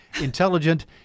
intelligent